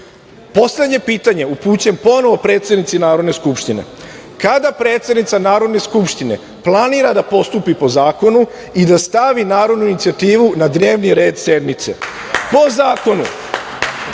spisku. Poslednje pitanje upućujem ponovo predsednici Narodne skupštine – kada predsednica Narodne skupštine planira da postupi po zakonu i da stavi narodnu inicijativu na dnevni red sednice? Po zakonu,